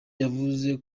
yavuze